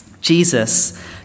Jesus